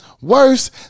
Worse